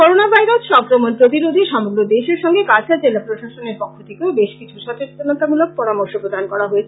corona virus সংক্রমণ প্রতিরোধে সমগ্র দেশের সঙ্গে কাছাড় জেলা প্রশাসনের পক্ষ থেকেও বেশকিছু সচেতনতামূলক পরামর্শ প্রদান করা হয়েছে